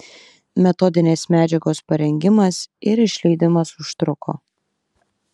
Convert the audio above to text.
metodinės medžiagos parengimas ir išleidimas užtruko